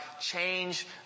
change